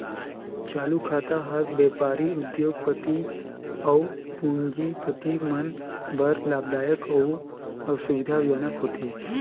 चालू खाता हर बेपारी, उद्योग, पति अउ पूंजीपति मन बर लाभदायक अउ सुबिधा जनक होथे